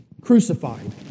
crucified